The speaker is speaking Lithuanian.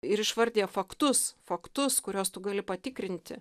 ir išvardija faktus faktus kuriuos tu gali patikrinti